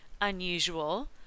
unusual